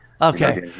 Okay